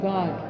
God